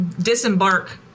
disembark